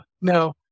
no